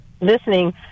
listening